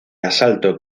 asalto